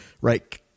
right